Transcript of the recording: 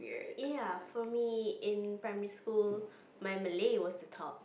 ya for me in primary school my Malay was the top